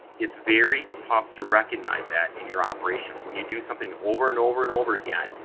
it's very tough to recognize that in your operation. when you do something over, and over, and over again,